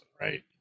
right